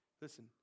Listen